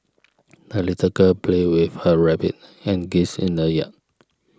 the little girl played with her rabbit and geese in the yard